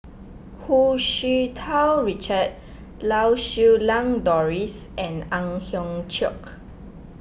Hu Tsu Tau Richard Lau Siew Lang Doris and Ang Hiong Chiok